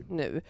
nu